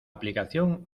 aplicación